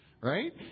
Right